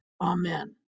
Amen